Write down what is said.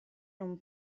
non